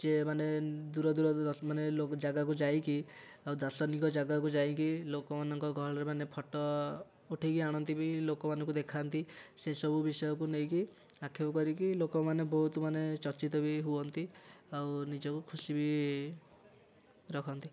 ସିଏ ମାନେ ଦୂର ଦୂରରୁ ଦଶ ମାନେ ଜାଗାକୁ ଯାଇକି ଆଉ ଦାର୍ଶନିକ ଜାଗାକୁ ଯାଇକି ଲୋକମାନଙ୍କ ଗହଳିରେ ମାନେ ଫଟୋ ଉଠେଇକି ଆଣନ୍ତି ବି ଲୋକମାନଙ୍କୁ ଦେଖାନ୍ତି ସେ ସବୁ ବିଷୟକୁ ନେଇକି ଆକ୍ଷେପ କରିକି ଲୋକମାନେ ବହୁତ ମାନେ ଚର୍ଚ୍ଚିତ ବି ହୁଅନ୍ତି ଆଉ ନିଜକୁ ଖୁସି ବି ରଖନ୍ତି